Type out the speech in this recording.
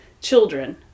children